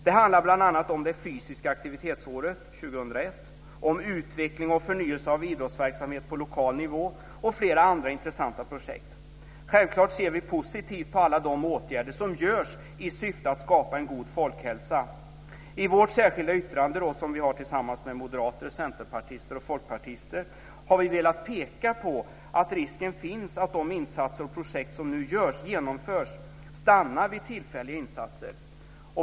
Det handlar bl.a. om det fysiska aktivitetsåret, 2001, om utveckling och förnyelse av idrottsverksamhet på lokal nivå och flera andra intressanta projekt. Självklart ser vi positivt på alla de åtgärder som görs i syfte att skapa en god folkhälsa. I vårt särskilda yttrande, som vi har tillsammans med Moderaterna, Centern och Folkpartiet, har vi velat peka på att risken finns att de insatser och projekt som nu genomförs stannar vid tillfälliga insatser.